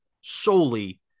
solely